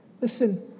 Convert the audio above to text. Listen